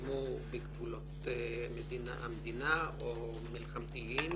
שהתקיימו בגבולות המדינה או מלחמתיים,